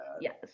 Yes